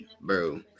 Bro